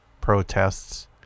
protests